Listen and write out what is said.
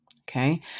Okay